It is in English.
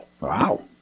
Wow